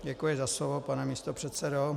Děkuji za slovo, pane místopředsedo.